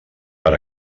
per